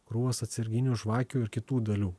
krūvas atsarginių žvakių ir kitų dalių